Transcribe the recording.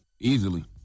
Easily